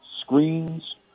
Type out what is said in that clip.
screens